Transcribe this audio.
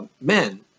men